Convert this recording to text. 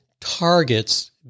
targets